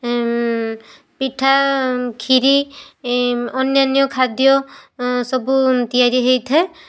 ପିଠା କ୍ଷୀରି ଅନ୍ୟାନ୍ୟ ଖାଦ୍ୟ ସବୁ ତିଆରି ହେଇଥାଏ